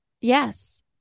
Yes